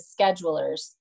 schedulers